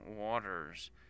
waters